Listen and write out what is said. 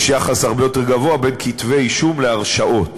יש יחס הרבה יותר גבוה בין כתבי-אישום להרשעות,